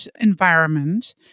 environment